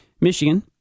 Michigan